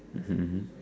mmhmm mmhmm